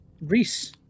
Reese